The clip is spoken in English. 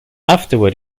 afterward